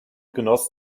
genoss